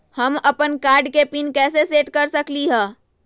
हम अपन कार्ड के पिन कैसे सेट कर सकली ह?